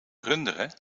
runderen